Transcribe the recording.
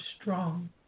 strong